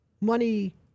money